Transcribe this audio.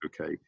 okay